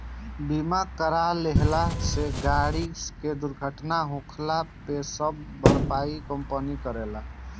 बीमा करा लेहला से गाड़ी के दुर्घटना होखला पे सब भरपाई कंपनी करेला